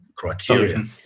criteria